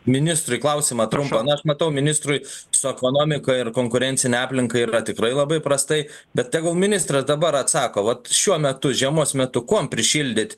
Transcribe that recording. ministrui klausimą trumpą naaš matau ministrui su ekonomika ir konkurencine aplinka yra tikrai labai prastai bet tegul ministras dabar atsako vat šiuo metu žiemos metu kuom prišildyt